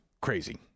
crazy